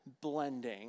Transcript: blending